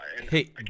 Hey